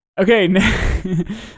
Okay